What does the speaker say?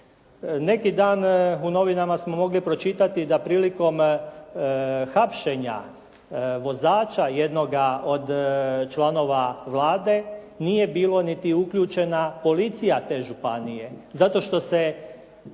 Neki dan u novinama smo mogli pročitati da prilikom hapšenja vozača jednoga od članova Vlade nije bilo niti uključena policija te županije, zato što se